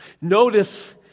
Notice